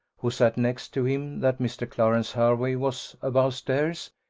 who sat next to him, that mr. clarence hervey was above stairs,